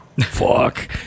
fuck